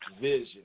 vision